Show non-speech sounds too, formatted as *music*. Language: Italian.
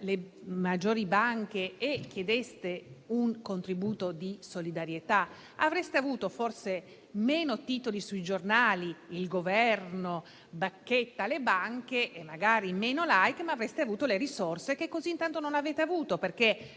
delle maggiori banche, chiedendo un contributo di solidarietà? Avreste avuto forse meno titoli sui giornali come "il Governo bacchetta le banche" e magari meno *like*, ma avreste avuto le risorse che così intanto non avete, *applause*